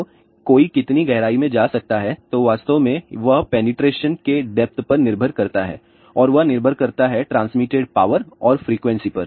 तो कोई कितनी गहराई में जा सकता है तो वास्तव में वह पेनिट्रेशन के डेप्ट पर निर्भर करता है और वह निर्भर करता है ट्रांसमिटेड पावर और फ्रिकवेंसी पर